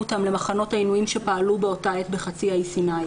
אותן למחנות עינויים שפעלו באותה עת בחצי האי סיני.